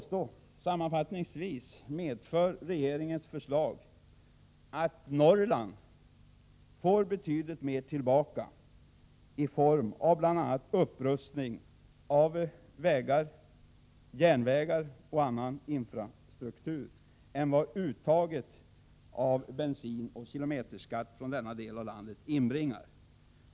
Sammanfattningsvis medför regeringens förslag, vill jag påstå, att Norrland får betydligt mer tillbaka i form av bl.a. upprustning av vägar, järnvägar och annan infrastruktur än vad uttaget av bensinoch kilometerskatt från denna del av landet inbringar.